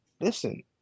Listen